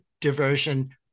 diversion